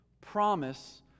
promise